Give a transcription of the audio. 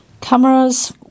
Cameras